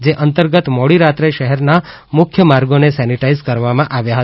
જે અંતર્ગત મોડી રાત્રે શહેરના મુખ્ય માર્ગોને સેનીટાઇઝ કરવામાં આવ્યા હતા